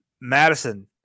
Madison